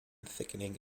thickening